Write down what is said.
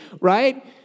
Right